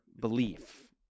belief